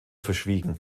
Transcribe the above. verschwiegen